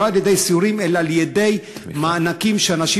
לא על-ידי סיורים אלא על-ידי מענקים שאנשים